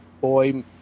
boy